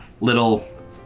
little